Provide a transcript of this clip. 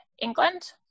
England